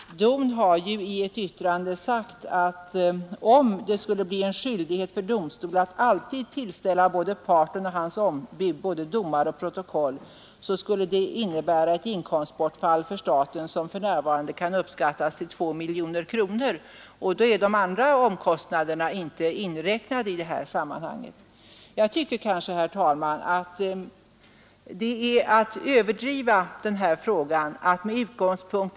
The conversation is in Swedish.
DON har i ett yttrande uttalat att en skyldighet för domstol att alltid tillställa både parterna och deras ombud domar och protokoll för staten skulle innebära ett årligt inkomstbortfall som för närvarande kan uppskattas till 2 miljoner kronor, och då är de övriga omkostnaderna i detta sammanhang inte inräknade.